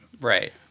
Right